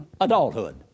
adulthood